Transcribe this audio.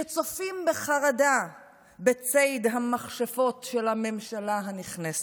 שצופים בחרדה בציד המכשפות של הממשלה הנכנסת.